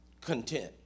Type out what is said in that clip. content